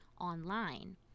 online